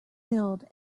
billed